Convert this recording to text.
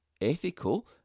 ethical